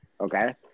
Okay